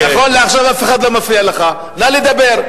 נכון לעכשיו אף אחד לא מפריע לך, נא לדבר.